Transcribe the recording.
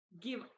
give